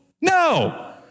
No